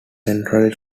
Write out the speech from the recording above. centrally